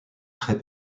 très